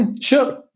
Sure